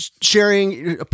sharing